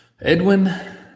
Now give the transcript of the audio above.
Edwin